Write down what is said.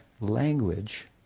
language